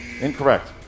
Incorrect